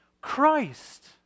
Christ